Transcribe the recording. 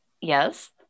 Yes